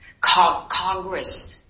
Congress